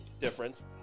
difference